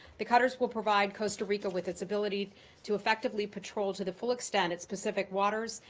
the cutters will provide costa rica with its ability to effectively patrol to the full extent its pacific waters,